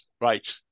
Right